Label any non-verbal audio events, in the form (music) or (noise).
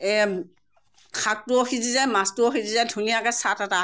(unintelligible) শাকটোও সিজি যায় মাছটোও সিজি যায় ধুনীয়াকে চাত এটা